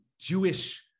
Jewish